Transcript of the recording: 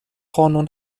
قانون